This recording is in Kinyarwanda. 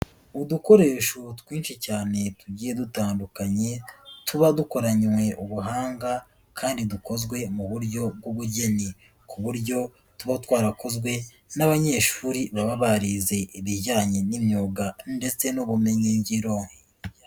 Udukoresho twinshi cyane tugiye dutandukanye, tuba dukoranywe ubuhanga kandi dukozwe mu buryo bw'ubugeni, ku buryo tuba twarakozwe n'abanyeshuri baba barize ibijyanye n'imyuga ndetse n'ubumenyingiro.